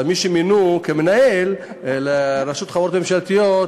אבל מי שמינו למנהל רשות החברות הממשלתיות,